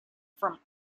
from